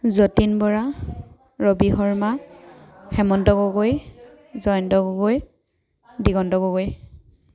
Jatin Bora Rabi Sharma Hemanta Gogoi Jayanta Gogoi Diganta Gogoi